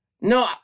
No